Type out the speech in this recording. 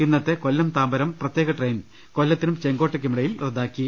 ഇന്നത്തെ കൊല്ലം താമ്പരം പ്രത്യേക ട്രെയിൻ കൊല്ലത്തിനും ചെങ്കോട്ടക്കുമിടയിൽ റദ്ദാക്കി